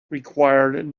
required